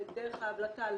לדרך ההבלטה,